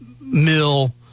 mill